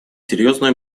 серьезную